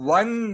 one